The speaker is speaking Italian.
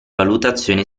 valutazione